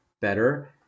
better